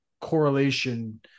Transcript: correlation